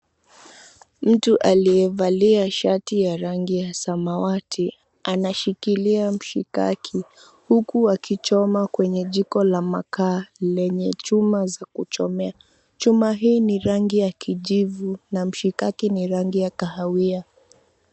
Mtu aliyevalia shati ya rangi ya samawati anashikilia mshikaki huku akichoma kwenye jiko la makaa lenye chuma za kuchomea, chuma hii ni rangi ya kijivu na mshikaki ni rangi ya kahawia.